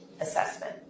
assessment